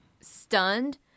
stunned